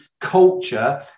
culture